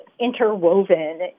interwoven